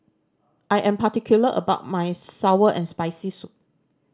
I am particular about my sour and Spicy Soup